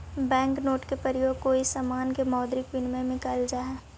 bank note के प्रयोग कोई समान के मौद्रिक विनिमय में कैल जा हई